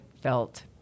felt